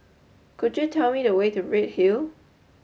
could you tell me the way to Redhill